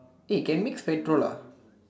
eh can mix petrol ah